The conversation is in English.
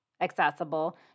accessible